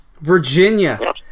Virginia